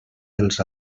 dels